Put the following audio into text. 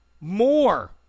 more